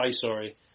Sorry